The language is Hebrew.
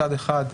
מצד אחד,